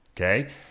Okay